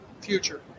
future